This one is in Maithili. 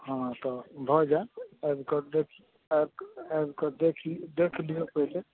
हँ तऽ भऽ जाएत आबि कऽ देखि आबि कऽ आबि कऽ देखि देखि लियौ पहिले